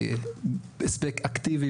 והספק אקטיבי,